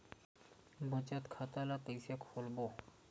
बचत खता ल कइसे खोलबों?